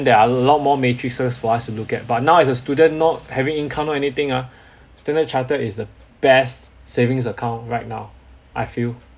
there are a lot more matrices for us to look at but now as a student not having income no anything ah standard chartered is the best savings account right now I feel